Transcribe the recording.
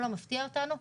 זה לא מפתיע אותנו.